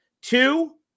Two